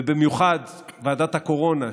ובמיוחד ועדת הקורונה,